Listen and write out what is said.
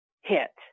hit